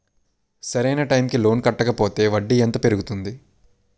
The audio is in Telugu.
సరి అయినా టైం కి లోన్ కట్టకపోతే వడ్డీ ఎంత పెరుగుతుంది?